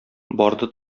барды